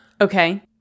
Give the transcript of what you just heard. Okay